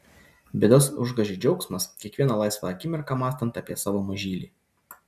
bėdas užgožia džiaugsmas kiekvieną laisvą akimirką mąstant apie savo mažylį